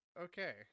Okay